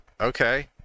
Okay